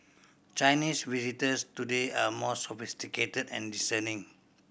Chinese visitors today are more sophisticated and discerning